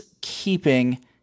keeping